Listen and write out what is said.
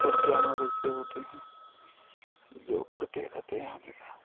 कुछ जानवर ऐसे होते हैं जो उड़ते रहते हैं हमेशा